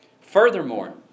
Furthermore